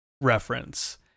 reference